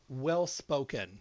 well-spoken